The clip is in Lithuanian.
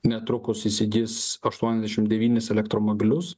netrukus įsigis aštuoniasdešim devynis elektromobilius